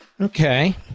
Okay